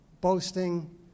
boasting